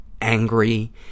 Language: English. angry